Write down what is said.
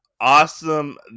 awesome